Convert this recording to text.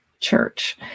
church